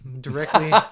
directly